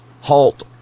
Halt